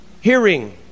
hearing